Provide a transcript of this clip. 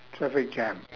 traffic jam